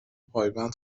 پایبند